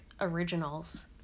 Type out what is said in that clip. originals